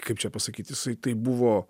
kaip čia pasakyt jisai tai buvo